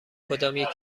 کدامیک